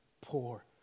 poor